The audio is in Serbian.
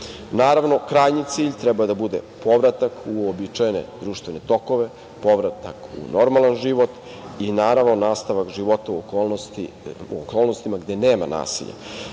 Naravno, krajnji cilj treba da bude povratak u uobičajene društvene tokove, povratak u normalan život i, naravno, nastavak života u okolnostima gde nema nasilja.